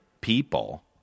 people